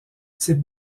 type